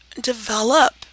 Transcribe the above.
develop